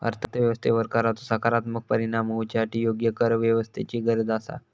अर्थ व्यवस्थेवर कराचो सकारात्मक परिणाम होवच्यासाठी योग्य करव्यवस्थेची गरज आसा